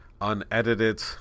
unedited